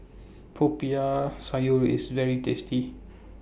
Popiah Sayur IS very tasty